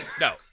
No